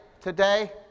today